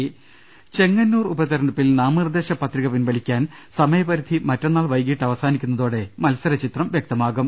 ദർവ്വട്ടെഴ ചെങ്ങന്നൂർ ഉപതെരഞ്ഞെടുപ്പിൽ നാമനിർദ്ദേശ പത്രിക പിൻവലിക്കാൻ സമയപരിധി മറ്റന്നാൾ വൈകീട്ട് അവസാനിക്കുന്നതോടെ മത്സരചിത്രം വ്യക്തമാകും